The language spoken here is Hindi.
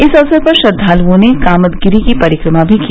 इस अवसर पर श्रद्वालुओं ने कामदगिरि की परिक्रमा भी की